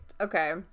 okay